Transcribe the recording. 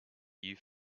you